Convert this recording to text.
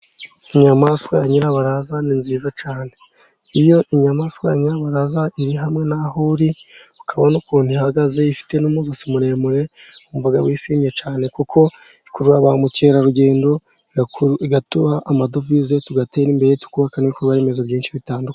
Inyamaswa ya nyirabaraza ni nziza cyane. Iyo inyamaswa yanyabaraza iri hamwe naho uri ukabona ukuntu ihagaze ifite n'umsatsi muremure wumva wishimye cyane, kuko ikurura ba mukerarugendo ikaduha amadovize tugatera imbere tukubaka ibibikorwa remezo byinshi bitandukanye.